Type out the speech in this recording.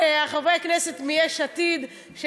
חברי הכנסת מיש עתיד,